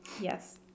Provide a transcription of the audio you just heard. Yes